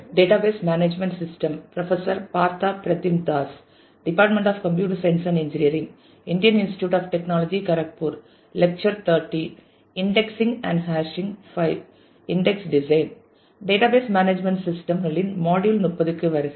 database management system களின் module 30க்கு வருக